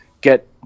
get